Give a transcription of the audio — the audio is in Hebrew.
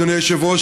אדוני היושב-ראש,